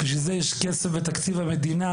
בשביל זה יש כסף בתקציב המדינה,